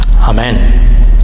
amen